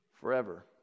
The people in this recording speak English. forever